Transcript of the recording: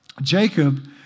Jacob